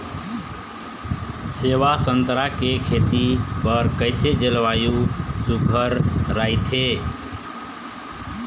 सेवा संतरा के खेती बर कइसे जलवायु सुघ्घर राईथे?